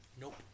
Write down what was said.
Nope